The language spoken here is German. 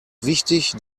wichtig